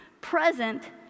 present